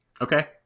Okay